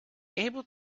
able